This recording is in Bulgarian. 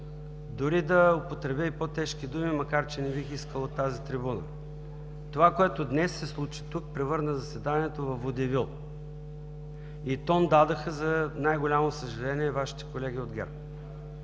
дори да употребя и по-тежки думи, макар че не бих искал от тази трибуна. Това, което днес се случи тук, превърна заседанието във водевил и тон дадоха, за най-голямо съжаление, Вашите колеги от ГЕРБ.